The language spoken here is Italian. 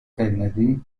kennedy